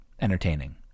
Entertaining